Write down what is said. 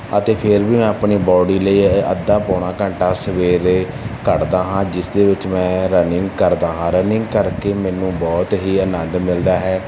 ਅਤੇ ਫਿਰ ਵੀ ਮੈਂ ਆਪਣੀ ਬੋਡੀ ਲਈ ਅ ਅੱਧਾ ਪੌਣਾ ਘੰਟਾ ਸਵੇਰੇ ਕੱਢਦਾ ਹਾਂ ਜਿਸ ਦੇ ਵਿੱਚ ਮੈਂ ਰਨਿੰਗ ਕਰਦਾ ਹਾਂ ਰਨਿੰਗ ਕਰਕੇ ਮੈਨੂੰ ਬਹੁਤ ਹੀ ਆਨੰਦ ਮਿਲਦਾ ਹੈ